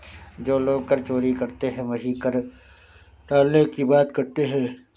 जो लोग कर चोरी करते हैं वही कर टालने की बात करते हैं